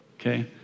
okay